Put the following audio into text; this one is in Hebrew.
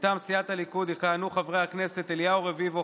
מטעם סיעת הליכוד יכהנו חברי הכנסת אליהו רביבו,